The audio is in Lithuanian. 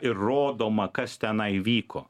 ir rodoma kas tenai vyko